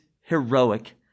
heroic